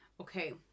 Okay